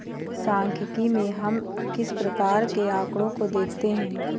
सांख्यिकी में हम किस प्रकार के आकड़ों को देखते हैं?